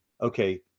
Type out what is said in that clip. okay